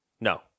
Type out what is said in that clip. No